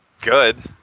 good